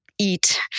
eat